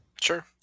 Sure